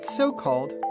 so-called